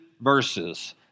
verses